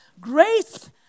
Grace